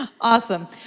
Awesome